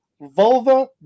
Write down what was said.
vulva